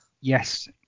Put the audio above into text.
yes